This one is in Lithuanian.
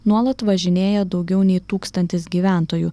nuolat važinėja daugiau nei tūkstantis gyventojų